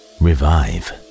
revive